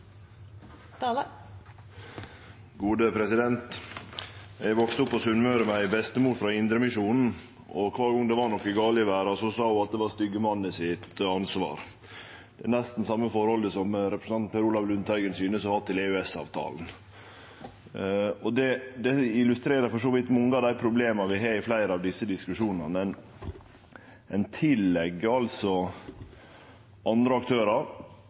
Eg vaks opp på Sunnmøre med ei bestemor som var i Indremisjonen, og kvar gong det var noko gale i verda, sa ho at det var styggemannen sitt ansvar. Det er nesten det same forholdet som representanten Per Olaf Lundteigen synest å ha til EØS-avtalen. Det illustrerer for så vidt mange av dei problema vi har i fleire av desse diskusjonane. Ein tillegg andre aktørar,